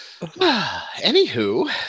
Anywho